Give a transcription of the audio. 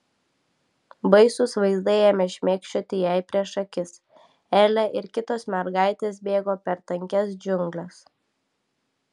baisūs vaizdai ėmė šmėkščioti jai prieš akis elė ir kitos mergaitės bėgo per tankias džiungles